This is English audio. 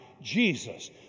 Jesus